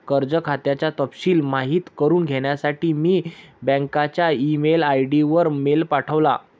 कर्ज खात्याचा तपशिल माहित करुन घेण्यासाठी मी बँकच्या ई मेल आय.डी वर मेल पाठवला